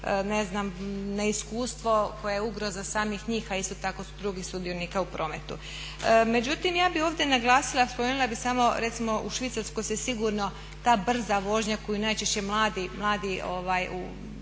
ne znam, neiskustvo koje je ugroza samih njih a isto tako i drugih sudionika u prometu. Međutim, ja bih ovdje naglasila, spomenula bih samo, recimo u Švicarskoj se ta brza vožnja koju najčešće mladi rade, neće im